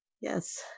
Yes